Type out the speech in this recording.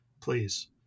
Please